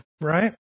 right